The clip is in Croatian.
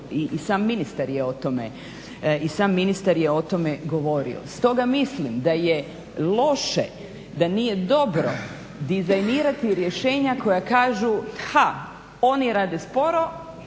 I sam ministar je o tome govorio. Stoga mislim da je loše, da nije dobro dizajnirati rješenja koja kažu ha, oni rade sporo,